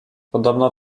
podobno